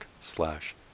slash